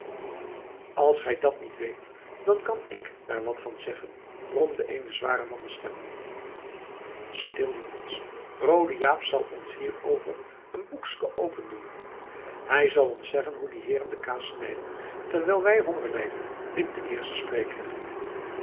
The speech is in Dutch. als gij dat niet weet dan kan ik daar wat van zeggen bromde eene zware mannenstem stil jongens roode jaap zal ons hierover een boeksken open doen hij zal ons zeggen hoe die heeren de kaas snijden terwijl wij honger lijden riep de eerste spreker